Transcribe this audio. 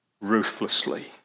ruthlessly